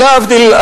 להבדיל.